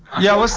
yo, what's